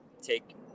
take